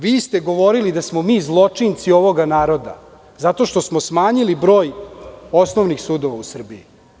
Vi ste govorili da smo mi zločinci ovog naroda, zato što smo smanjili broj osnovnih sudova u Srbiji.